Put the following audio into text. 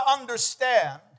understand